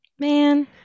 man